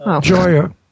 Joya